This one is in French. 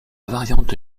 variante